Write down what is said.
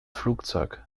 flugzeug